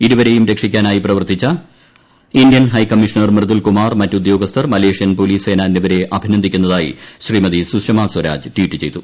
ഇരുവരേയും രക്ഷിക്കാനായി പ്രവർത്തിച്ച Indian high commissioner Mridul Kumar മറ്റ് ഉദ്യോഗസ്ഥർ മലേഷ്യൻ പോലീസ് സേന എന്നിവരെ അഭിനന്ദിക്കുന്നതായി ശ്രീമതി സുഷമ സ്വരാജ് ട്വീറ്റ് ചെയ്തു